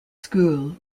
school